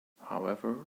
however